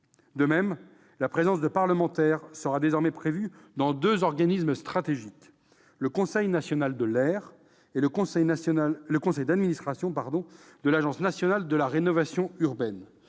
La présence de parlementaires sera désormais prévue dans deux organismes stratégiques : le Conseil national de l'air et le conseil d'administration de l'Agence nationale pour la rénovation urbaine,